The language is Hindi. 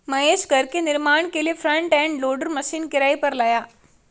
महेश घर के निर्माण के लिए फ्रंट एंड लोडर मशीन किराए पर लाया